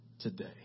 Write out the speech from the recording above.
today